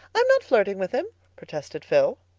i'm not flirting with him, protested phil.